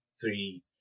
three